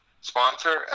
sponsor